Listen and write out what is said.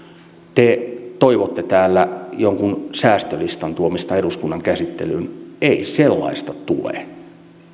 te toivotte täällä jonkun säästölistan tuomista eduskunnan käsittelyyn ei sellaista tule